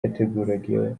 yateguraga